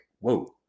whoa